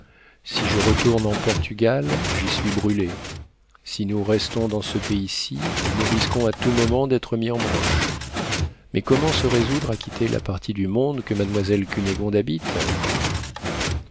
si je retourne en portugal j'y suis brûlé si nous restons dans ce pays-ci nous risquons à tout moment d'être mis en broche mais comment se résoudre à quitter la partie du monde que mademoiselle cunégonde habite